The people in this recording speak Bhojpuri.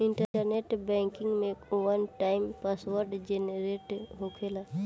इंटरनेट बैंकिंग में वन टाइम पासवर्ड जेनरेट होखेला